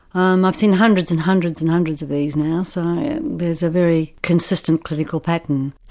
um i've seen hundreds, and hundreds, and hundreds of these now, so there's a very consistent clinical pattern.